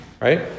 right